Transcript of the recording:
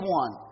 one